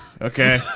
okay